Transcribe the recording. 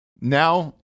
Now